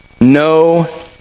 no